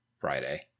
Friday